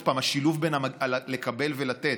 עוד פעם, השילוב של לקבל ולתת.